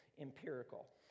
empirical